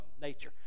nature